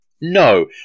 No